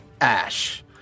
Ash